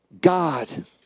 God